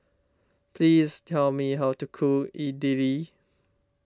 please tell me how to cook Idili